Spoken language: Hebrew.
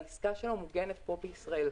העסקה שלו מוגנת פה בישראל.